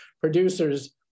producers